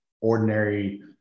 ordinary